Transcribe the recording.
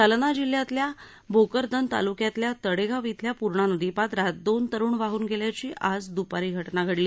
जालना जिल्ह्यातल्या भोकरदन ताल्क्यातल्या तडेगाव इथल्या पूर्णा नदीपात्रात दोन तरुण वाहन गेल्याची आज द्पारी घडली